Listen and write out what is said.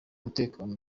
umutekano